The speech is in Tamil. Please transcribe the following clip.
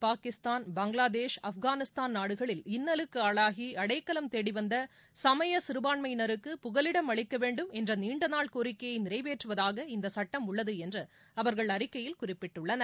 பாகிஸ்தான் பங்களாதேஷ் ஆப்கானிஸ்தான் நாடுகளில் இன்னலுக்கு ஆளாகி அடைக்கலம் தேடி வந்த சமய சிறுபான்மயினருக்கு புகலிடம் அளிக்க வேண்டும் என்ற நீண்டநாள் கோரிக்கையை நிறைவேற்றுவதாக இந்தச் சட்டம் உள்ளது என்று அவர்கள் அறிக்கையில் குறிப்பிட்டுள்ளனர்